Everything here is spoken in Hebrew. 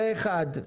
פה אחד.